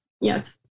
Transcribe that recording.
yes